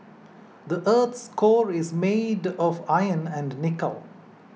the earth's core is made of iron and nickel